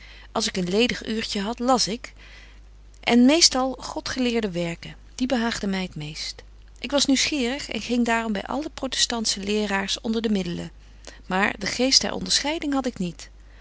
als ik een ledig uurtje had las ik en meest al godgeleerde werken die behaagden my t meest ik was nieuwsgierig en ging daarom by alle protestantsche leeraars onder de middelen maar den geest der onderscheiding had ik niet